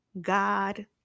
God